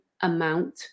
amount